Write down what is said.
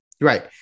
Right